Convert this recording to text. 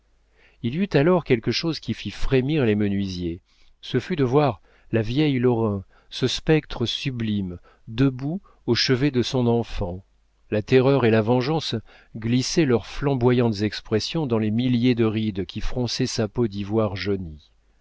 il y eut alors quelque chose qui fit frémir les menuisiers ce fut de voir la vieille lorrain ce spectre sublime debout au chevet de son enfant la terreur et la vengeance glissaient leurs flamboyantes expressions dans les milliers de rides qui fronçaient sa peau d'ivoire jauni